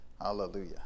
Hallelujah